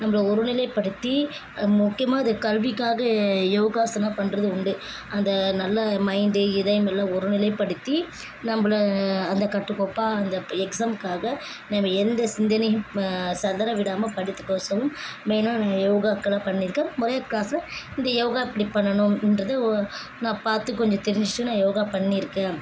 நம்பளை ஒருநிலைப்படுத்தி முக்கியமாக அது கல்விக்காக யோகாசனம் பண்ணுறது உண்டு அந்த நல்ல மைண்டு இதயம் எல்லாம் ஒருநிலைப்படுத்தி நம்பளை அந்த கட்டுக்கோப்பாக அந்த இப்போ எக்ஸாம்காக நம்ப எந்த சிந்தனையும் சிதற விடாமல் படிக்கிறதுக்கு ஒசரம் மேலும் நாங்கள் யோகாக்களில் பண்ணிருக்கோம் முறையாக க்ளாஸில் இந்த யோகா எப்படி பண்ணணுன்றது ஒ நான் பார்த்து கொஞ்சம் தெரிஞ்சிகிட்டு நான் யோகா பண்ணிருக்கேன்